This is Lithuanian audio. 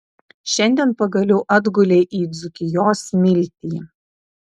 šiandien pagaliau atgulei į dzūkijos smiltį